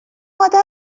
اومدم